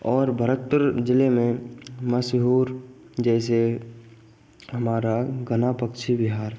और भरतपुर जिले में मशहूर जैसे हमारा घना पक्षी बिहार